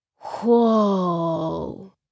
Whoa